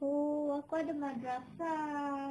oo aku ada madrasah